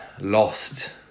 lost